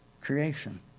creation